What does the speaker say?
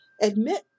Admit